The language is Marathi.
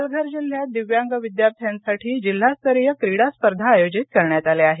पालघर जिल्ह्यात दिव्यांग विद्यार्थ्यांसाठी जिल्हास्तरीय क्रीडा स्पर्धा आयोजित करण्यात आल्या आहेत